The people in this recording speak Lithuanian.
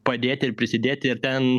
padėti ir prisidėti ir ten